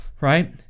right